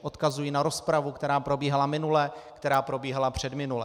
Odkazuji na rozpravu, která probíhala minule, která probíhala předminule.